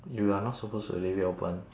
you are not supposed to leave it open